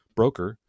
broker